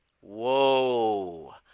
Whoa